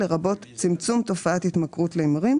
לרבות צמצום תופעת התמכרות להימורים,